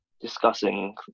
discussing